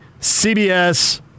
CBS